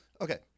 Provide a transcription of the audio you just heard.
Okay